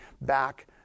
back